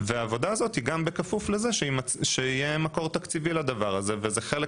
והעבודה הזו היא גם בכפוף לזה שיהיה מקור תקציבי וזה חלק